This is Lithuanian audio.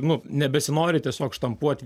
nu nebesinori tiesiog štampuot